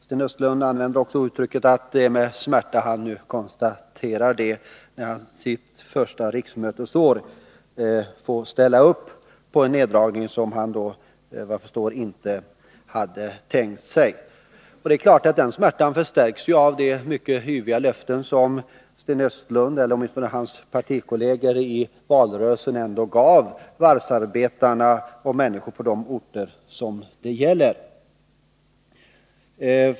Sten Östlund använde också uttrycket, att det är med smärta han nu konstaterar, att han under sitt första riksmötesår får ställa upp på en neddragning som han, såvitt jag förstår, inte hade tänkt sig. Det är klart att den smärtan förstärks med tanke på de mycket yviga löften som Sten Östlund - eller åtminstone hans partikolleger — under valrörelsen ändå gav varvsarbetarna och människorna på de orter som det är fråga om.